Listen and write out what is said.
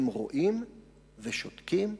הם רואים ושותקים.